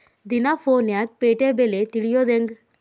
ದಿನಾ ಫೋನ್ಯಾಗ್ ಪೇಟೆ ಬೆಲೆ ತಿಳಿಯೋದ್ ಹೆಂಗ್?